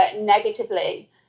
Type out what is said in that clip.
negatively